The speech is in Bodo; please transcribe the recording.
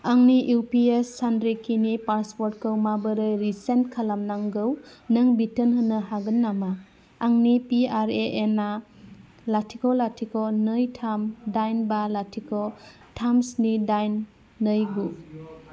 आंनि इउपिएस सान्द्रिखिनि पासपर्टखौ माबोरै रिसेट खालामनांगौ नों बिथोन होनो हागोन नामा आंनि पिआरएएन लाथिख' लाथिख' नै थाम दाइन बा लाथिख' थाम स्नि दाइन नै गु